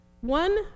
One